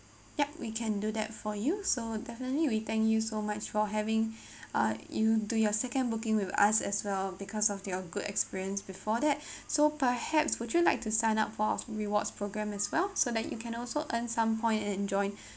ya we can do that for you so definitely we thank you so much for having uh you do your second booking with us as well because of your good experience before that so perhaps would you like to sign up for a rewards program as well so that you can also earn some point enjoy